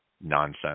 nonsense